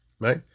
right